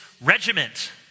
regiment